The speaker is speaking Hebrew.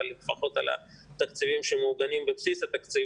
אבל לפחות על התקציבים שמעוגנים שבבסיס התקציב,